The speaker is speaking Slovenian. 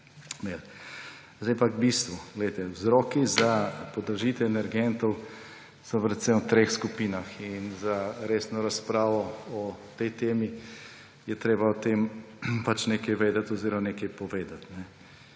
Zdaj pa k bistvu, vzroki za podražitev energentov so predvsem v treh skupinah. Za resno razpravo o tej temi je treba o tem nekaj vedeti oziroma nekaj povedati.